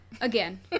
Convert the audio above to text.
Again